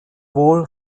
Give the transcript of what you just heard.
wall